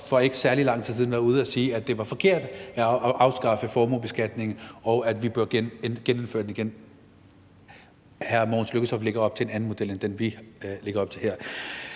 sige for ikke særlig lang tid siden, at det var forkert at afskaffe formuebeskatningen, og at vi bør genindføre den. Hr. Mogens Lykketoft lægger op til en anden model end den, vi lægger op til her.